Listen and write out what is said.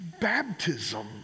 baptism